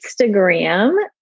Instagram